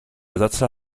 ersatzteil